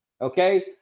Okay